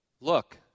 Look